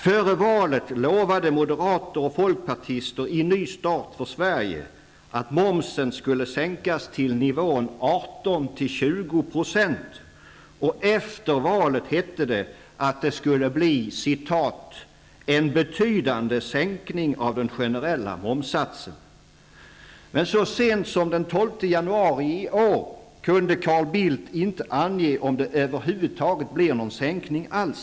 Före valet lovade moderater och folkpartister i Ny start för 20 %, och efter valet hette det att det skulle bli ''en betydande sänkning av den generella momssatsen''. Men så sent som den 12 januari i år kunde Carl Bildt inte ange om det över huvud taget blir någon sänkning.